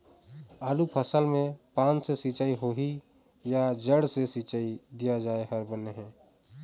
आलू फसल मे पान से सिचाई होही या जड़ से सिचाई दिया जाय हर बने हे?